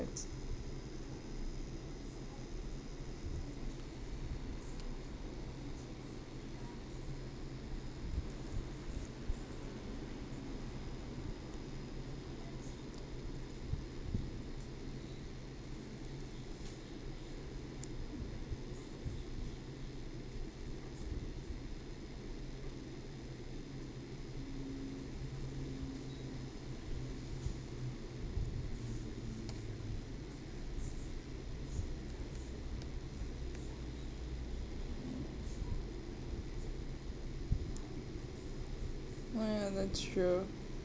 parents oh ya that's true